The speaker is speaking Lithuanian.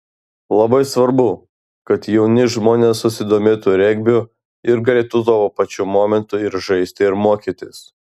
labai svarbu kad jauni žmonės susidomėtų regbiu ir galėtų tuo pačiu momentu ir žaisti ir mokytis